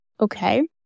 okay